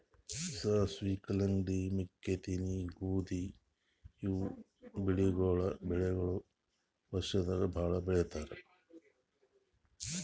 ಸಾಸ್ವಿ, ಕಲ್ಲಂಗಡಿ, ಮೆಕ್ಕಿತೆನಿ, ಗೋಧಿ ಇವ್ ಬೆಳಿಗೊಳ್ ವರ್ಷದಾಗ್ ಭಾಳ್ ಬೆಳಿತಾರ್